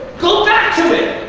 go back to it!